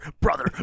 brother